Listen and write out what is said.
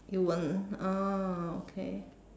you won't oh okay